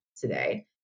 today